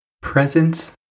Presence